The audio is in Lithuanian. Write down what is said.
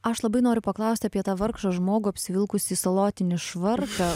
aš labai noriu paklausti apie tą vargšą žmogų apsivilkusį salotinį švarką